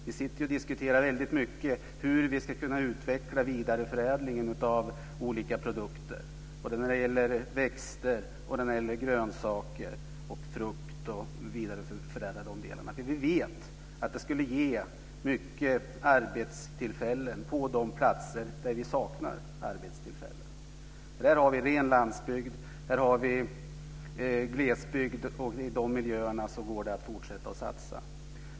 Vi sitter ju väldigt mycket och diskuterar hur vi ska kunna utveckla vidareförädlingen av olika produkter. Det gäller att vidareförädla växter; grönsaker och frukt. Vi vet att det skulle ge många arbetstillfällen på de platser där vi saknar arbetstillfällen. Här har vi ju ren landsbygd. Här har vi glesbygd. I de miljöerna går det att fortsätta att satsa.